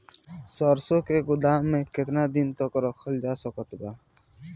सरसों के गोदाम में केतना दिन तक रखल जा सकत बा?